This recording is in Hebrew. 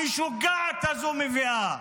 המשוגעת הזו מביאה.